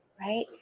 right